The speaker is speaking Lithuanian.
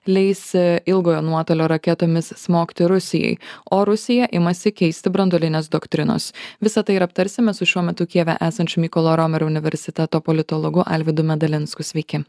leis ilgojo nuotolio raketomis smogti rusijai o rusija imasi keisti branduolinės doktrinos visa tai ir aptarsime su šiuo metu kijeve esančių mykolo riomerio universiteto politologu alvydu medalinsku sveiki